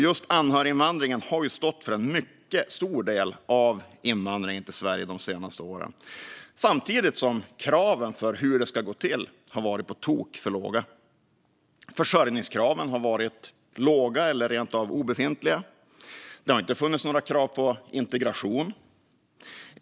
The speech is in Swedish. Just anhöriginvandringen har stått för en mycket stor del av invandringen till Sverige de senaste åren, samtidigt som kraven på hur det ska gå till har varit på tok för låga. Försörjningskraven har varit låga eller rent av obefintliga. Det har inte funnits några krav på integration.